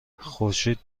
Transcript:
خورشید